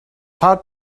hard